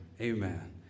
Amen